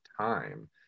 time